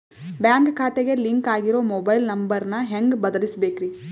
Bank ಖಾತೆಗೆ link ಆಗಿರೋ mobile number ನ ಹೆಂಗ್ ಬದಲಿಸಬೇಕ್ರಿ?